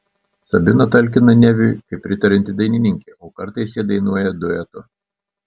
sabina talkina neviui kaip pritarianti dainininkė o kartais jie dainuoja duetu